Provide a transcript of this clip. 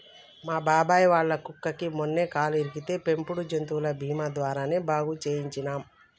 మా బాబాయ్ వాళ్ళ కుక్కకి మొన్న కాలు విరిగితే పెంపుడు జంతువుల బీమా ద్వారానే బాగు చేయించనం